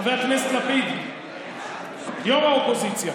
חבר הכנסת לפיד, יו"ר האופוזיציה,